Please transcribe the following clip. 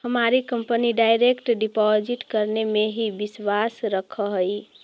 हमारी company direct deposit करने में ही विश्वास रखअ हई